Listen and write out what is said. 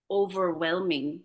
overwhelming